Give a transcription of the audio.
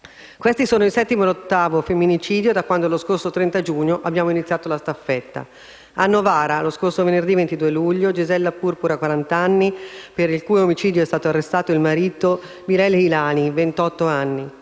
Questi sono il settimo e l'ottavo femminicidio da quando, lo scorso 30 giugno, abbiamo iniziato la "staffetta": a Novara, lo scorso venerdì 22 luglio, Gisella Purpura, quarant'anni, per il cui omicidio è in stato di arresto il marito Bilel Hilahi, ventotto